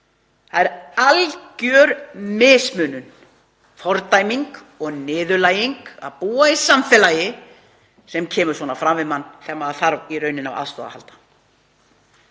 Það er algjör mismunun, fordæming og niðurlæging að búa í samfélagi sem kemur svona fram við mann þegar maður þarf í rauninni á aðstoð að halda.